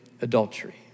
adultery